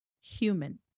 human